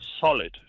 solid